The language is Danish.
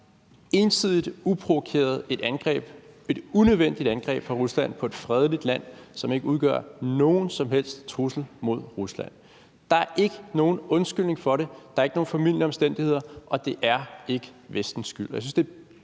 ensidigt, uprovokeret og unødvendigt angreb fra Ruslands side på et fredeligt land, som ikke udgør nogen som helst trussel mod Rusland. Der er ikke nogen undskyldning for det, der er ikke nogen formildende omstændigheder, og det er ikke Vestens skyld. Jeg synes, det er